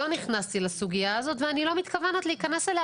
אני לא נכנסתי לסוגיה הזאת ואני לא מתכוונת להיכנס אליה